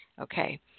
Okay